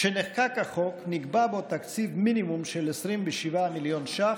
כשנחקק החוק נקבע בו תקציב מינימום של 27 מיליון ש"ח,